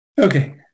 Okay